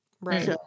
Right